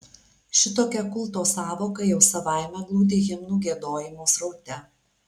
šitokia kulto sąvoka jau savaime glūdi himnų giedojimo sraute